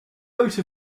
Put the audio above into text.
vote